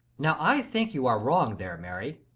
now i think you are wrong there, mary.